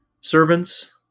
Servants